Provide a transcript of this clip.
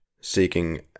seeking